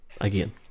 again